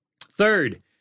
Third